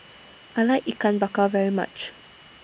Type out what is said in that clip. I like Ikan Bakar very much